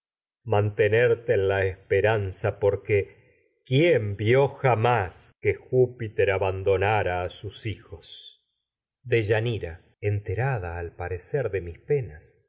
en esperanza porque a sus quién vió jamás que júpiter aban donara hijos deyanira enterada al parecer de mis penas